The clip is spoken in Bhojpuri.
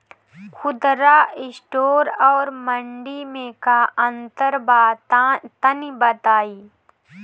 खुदरा स्टोर और मंडी में का अंतर बा तनी बताई?